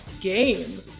game